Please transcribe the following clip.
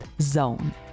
.zone